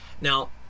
Now